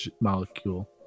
molecule